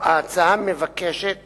ההצעה מבקשת